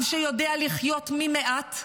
עם שיודע לחיות ממעט,